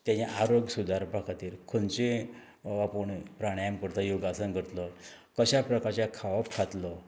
तेजें आरोग सुदारपा खातीर खंयची पूण प्राणायाम करता योगासन करत्लो कश्या प्रकारचें खावोप खात्लो